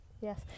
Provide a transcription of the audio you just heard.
yes